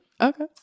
okay